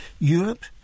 Europe